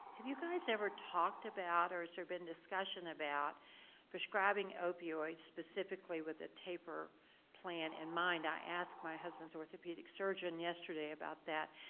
have you guys ever talked about or has there been discussion about prescribing opioids specifically with a taper plan in mind, i asked my husband's orthopedic surgeon yesterday about that,